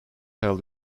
held